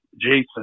Jason